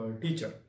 teacher